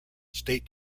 state